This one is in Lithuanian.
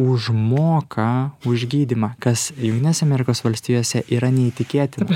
užmoka už gydymą kas jungtinėse amerikos valstijose yra neįtikėtina